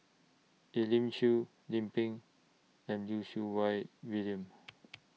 Elim Chew Lim Pin and Lim Siew Wai William